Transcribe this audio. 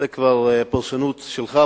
זו כבר אולי פרשנות שלך,